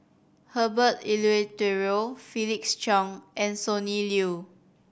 Herbert Eleuterio Felix Cheong and Sonny Liew